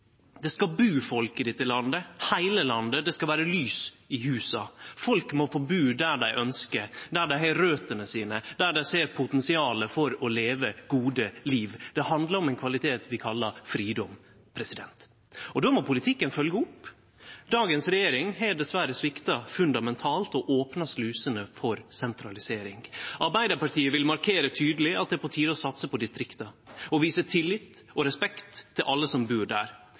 Det skal bu folk i dette landet, i heile landet. Det skal vere lys i husa. Folk må få bu der dei ønskjer, der dei har røtene sine, der dei ser potensialet for å leve gode liv. Det handlar om ein kvalitet vi kallar fridom. Då må politikken følgje opp. Dagens regjering har dessverre svikta fundamentalt og opna slusene for sentralisering. Arbeidarpartiet vil markere tydeleg at det er på tide å satse på distrikta og vise tillit og respekt til alle som bur der.